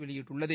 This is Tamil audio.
வெளியிட்டுள்ளது